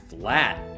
flat